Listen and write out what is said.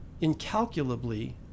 incalculably